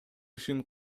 ишин